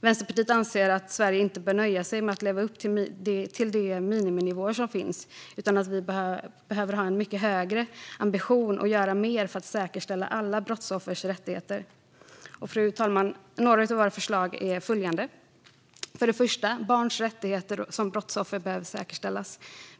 Vänsterpartiet anser att Sverige inte bör nöja sig med att leva upp till de miniminivåer som finns utan att vi behöver ha en mycket högre ambition och göra mer för att säkerställa alla brottsoffers rättigheter. Fru talman! Några av våra förslag är följande. För det första behöver barns rättigheter som brottsoffer säkerställas.